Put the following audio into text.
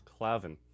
Clavin